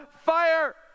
fire